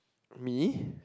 me